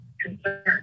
concern